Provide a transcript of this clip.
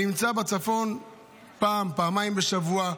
אני נמצא בצפון פעם-פעמיים בשבוע,